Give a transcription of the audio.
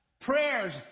Prayers